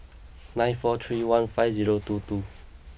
nine four three one five zero two two